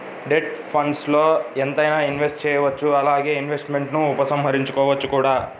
debt ఫండ్స్ల్లో ఎంతైనా invest చేయవచ్చు అలానే ఇన్వెస్ట్మెంట్స్ను ఉపసంహరించుకోవచ్చు కూడా